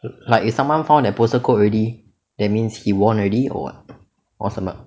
like if someone found that postal code already that means he won already or what